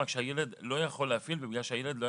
רק שהילד לא יכול להפעיל בעצמו,